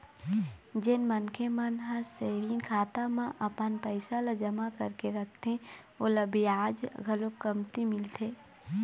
जेन मनखे मन ह सेविंग खाता म अपन पइसा ल जमा करके रखथे ओला बियाज घलोक कमती मिलथे